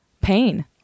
pain